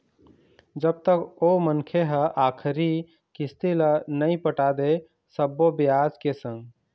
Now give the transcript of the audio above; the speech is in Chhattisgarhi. जब तक ओ मनखे ह आखरी किस्ती ल नइ पटा दे सब्बो बियाज के संग